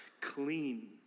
clean